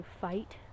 fight